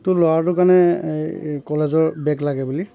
তোৰ ল'ৰাটোৰ কাৰণে কলেজৰ বেগ লাগে বুলি